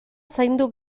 zaindu